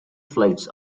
flights